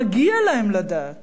מגיע להם לדעת